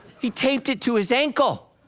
he taped it to his ankle,